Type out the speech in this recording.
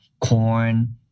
corn